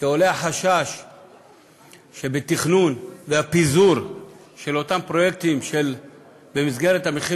כי עולה החשש שבתכנון ובפיזור של אותם פרויקטים במסגרת מחיר